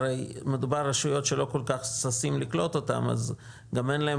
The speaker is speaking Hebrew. הרי מדובר על רשויות שלא כל-כך ששים לקלוט אותן אז גם אין להן